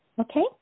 Okay